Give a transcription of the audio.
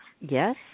Yes